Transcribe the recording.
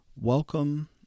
Welcome